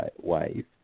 wave